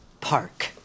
Park